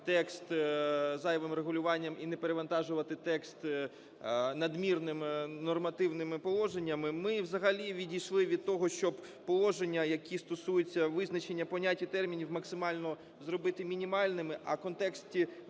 текст зайвим регулюванням і не перевантажувати текст надмірними нормативними положеннями. Ми взагалі відійшли від того, щоб положення, які стосуються визначення понять і термінів максимально зробити мінімальними. А в контексті